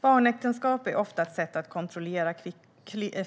Barnäktenskap är ofta ett sätt att kontrollera